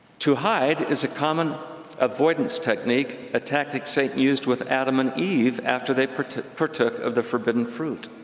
to hide is a common avoidance technique, a tactic satan used with adam and eve after they partook partook of the forbidden fruit.